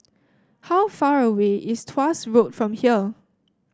how far away is Tuas Road from here